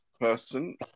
person